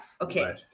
okay